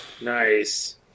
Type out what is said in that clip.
Nice